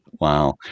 Wow